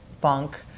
bunk